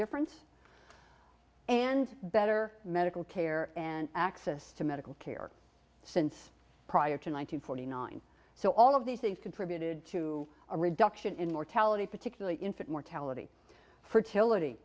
difference and better medical care and access to medical care since prior to nine hundred forty nine so all of these things contributed to a reduction in mortality particularly infant mortality fertility